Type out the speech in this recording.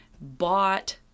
bought